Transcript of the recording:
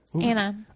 Anna